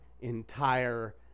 entire